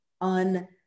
on